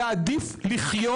יעדיף לחיות כאן.